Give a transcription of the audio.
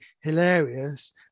hilarious